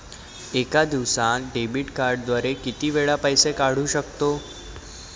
एका दिवसांत डेबिट कार्डद्वारे किती वेळा पैसे काढू शकतो?